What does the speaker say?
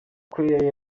koreya